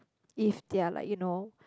if they're like you know